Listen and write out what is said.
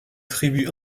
tribus